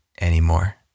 anymore